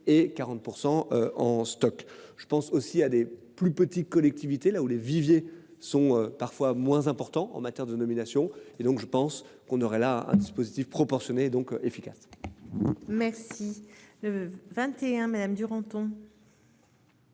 et 40% en stock. Je pense aussi à des plus petites collectivités, là où les viviers sont parfois moins important en matière de nomination et donc je pense qu'on aurait là un dispositif proportionnée donc efficaces. Merci le 21 madame Duranton.